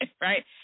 right